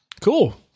cool